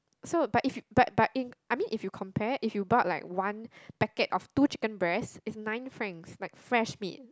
so but if you but but in I mean if you compare you bought like one packet of two chicken breast is nine Franks like fresh meat